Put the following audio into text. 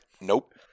nope